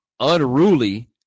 unruly